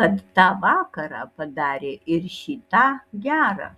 kad tą vakarą padarė ir šį tą gera